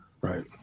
Right